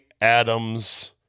Adams